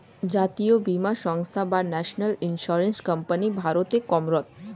জাতীয় বীমা সংস্থা বা ন্যাশনাল ইন্স্যুরেন্স কোম্পানি ভারতে কর্মরত